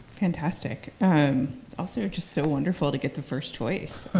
fantastic. and also, just so wonderful to get the first choice.